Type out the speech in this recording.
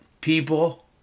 people